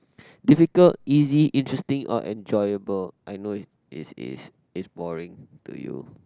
difficult easy interesting or enjoyable I know is is is is boring to you